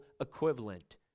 equivalent